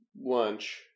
lunch